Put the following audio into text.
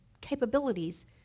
capabilities